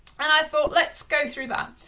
and i thought, let's go through that.